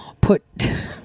put